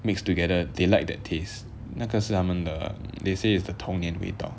mixed together they like that taste 那个是他们的 they say is the 童年味道